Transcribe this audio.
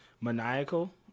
maniacal